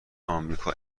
آمریکا